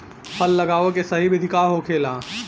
फल लगावे के सही विधि का होखेला?